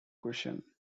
question